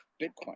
Bitcoin